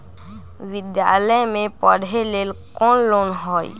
विद्यालय में पढ़े लेल कौनो लोन हई?